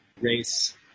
race